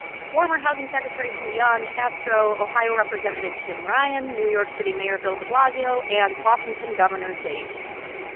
former housing secretary julian castro, ohio representative tim ryan, new york city mayor bill de blasio and washington governor jay inslee.